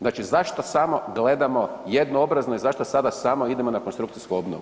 Znači zašto samo gledamo jednoobrazno i zašto sada samo idemo na konstrukcijsku obnovu?